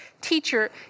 teacher